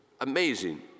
amazing